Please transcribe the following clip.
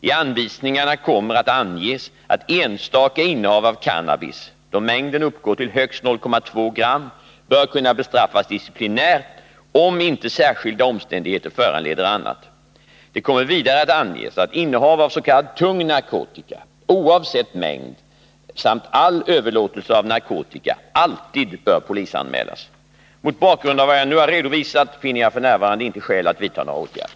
I anvisningarna kommer att anges att enstaka innehav av cannabis, då mängden uppgår till högst 0,2 g, bör kunna bestraffas disciplinärt, om inte särskilda omständigheter föranleder annat. Det kommer vidare att anges att innehav av s.k. tung narkotika, oavsett mängd, samt all överlåtelse av narkotika alltid bör polisanmälas. Mot bakgrund av vad jag nu har redovisat finner jag f. n. inte skäl att vidta några åtgärder.